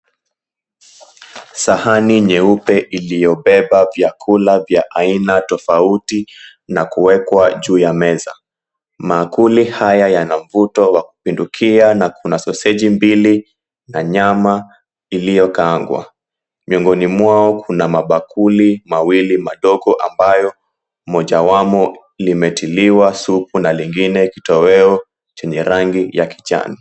Sahani nyeupe iliyobeba vyakula vya aina tofauti na kuwekwa juu ya meza. Maakuli haya yana mvuto wa kupindukia na kuna soseji mbili na nyama iliyokaangwa. Miongoni mwao kuna mabakuli mawili madogo ambayo mojawamo limetiliwa supu, na lingine kitoweo chenye rangi ya kijani.